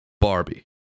Barbie